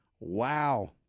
Wow